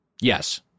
Yes